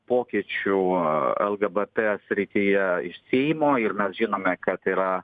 pokyčių elgebete srityje iš seimo ir mes žinome kad yra